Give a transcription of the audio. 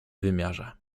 wymiarze